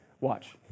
Watch